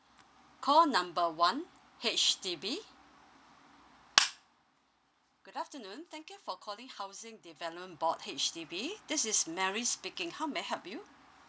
call number one H_D_B good afternoon thank you for calling housing development board H_D_B this is mary speaking how may I help you